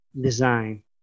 design